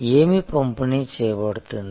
ఏమి పంపిణీ చేయబడుతుంది